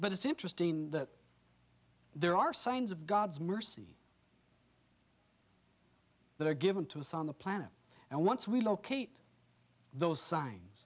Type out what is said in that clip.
but it's interesting that there are signs of god's mercy that are given to us on the planet and once we locate those signs